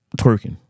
twerking